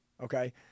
Okay